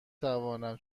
توانم